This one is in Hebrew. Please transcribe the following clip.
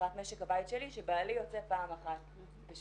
מבחינת משק הבית שלי שבעלי יוצא פעם אחת בשבוע.